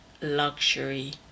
luxury